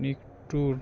মিট্টুর